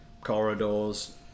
corridors